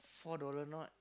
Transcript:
four dollar not